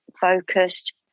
focused